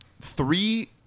three